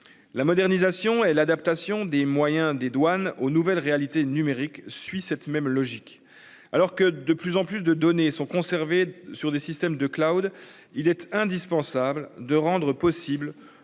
La modernisation et l'adaptation des moyens des douanes aux nouvelles réalités numériques suit cette même logique. Alors que de plus en plus de données sont conservées sur des systèmes de Claude, il est indispensable de rendre possible